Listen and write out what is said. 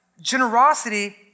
generosity